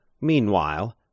Meanwhile